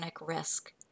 risk